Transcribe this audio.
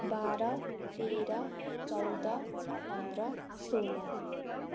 बाह्र तेह्र चौध पन्ध्र सोह्र